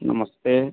नमस्ते